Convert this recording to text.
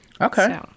okay